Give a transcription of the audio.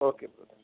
okay